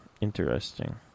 interesting